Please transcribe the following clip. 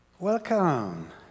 Welcome